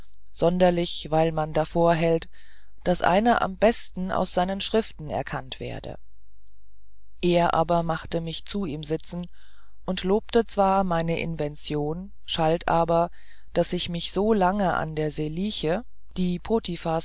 sonderlich weil man davorhält daß einer am besten aus seinen schriften erkannt werde er aber machte mich zu ihm sitzen und lobte zwar meine invention schalt aber daß ich mich so lang in der seliche die